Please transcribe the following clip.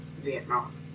Vietnam